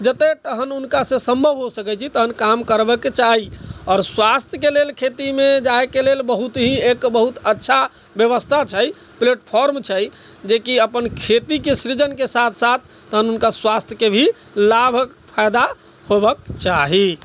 जेतय तखन हुनकासँ सम्भव हो सकै छै तखन काम करबयके चाही आओर स्वास्थ्यके लेल खेतीमे जाइके लेल बहुत ही एक बहुत अच्छा व्यवस्था छै प्लेटफॉर्म छै जेकि अपन खेतीके सृजनके साथ साथ तखन हुनका स्वास्थ्यके भी लाभ फायदा होबक चाही